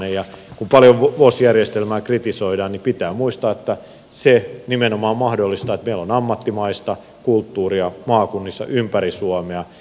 kun paljon vos järjestelmää kritisoidaan niin pitää muistaa että se nimenomaan mahdollistaa että meillä on ammattimaista kulttuuria maakunnissa ympäri suomea